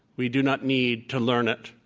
we do not need to learn it.